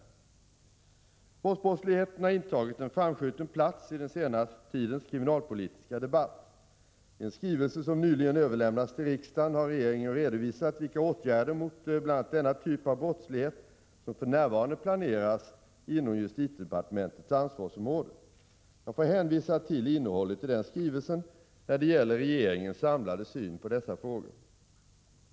Våldsbrottsligheten har intagit en framskjuten plats i den senaste tidens kriminalpolitiska debatt. I en skrivelse, som nyligen överlämnats till riksdagen, har regeringen redovisat vilka åtgärder mot bl.a. denna typ av brottslighet som för närvarande planeras inom justitiedepartementets ansvarsområde. Jag får hänvisa till innehållet i den skrivelsen när det gäller regeringens samlade syn på dessa frågor.